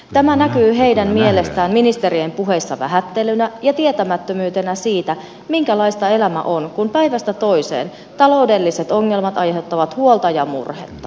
tämä näkyy heidän mielestään ministerien puheissa vähättelynä ja tietämättömyytenä siitä minkälaista elämä on kun päivästä toiseen taloudelliset ongelmat aiheuttavat huolta ja murhetta